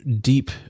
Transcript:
deep